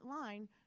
line